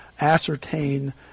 ascertain